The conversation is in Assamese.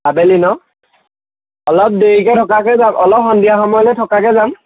আবেলি ন অলপ দেৰিকৈ থকাকৈ যাম অলপ সন্ধিয়া সময়লৈ থকাকৈ যাম